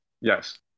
Yes